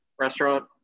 restaurant